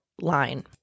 line